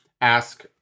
ask